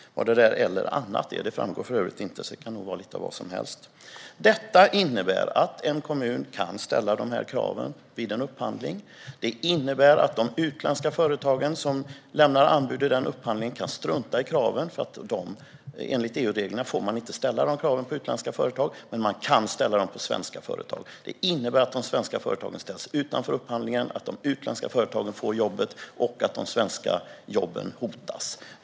Vad "eller annat" är framgår för övrigt inte, utan det kan nog vara lite vad som helst. Det innebär att en kommun kan ställa dessa krav vid en upphandling. Det innebär att de utländska företag som lämnar anbud i en upphandling kan strunta i kraven därför att sådana krav enligt EU-reglerna inte får ställas på utländska företag. Men man kan ställa dem på svenska företag. Det innebär att de svenska företagen ställs utanför upphandlingen och att de utländska företagen får jobbet. De svenska jobben hotas.